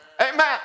Amen